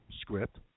script